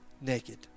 naked